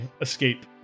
escape